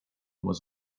was